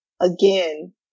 again